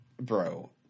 bro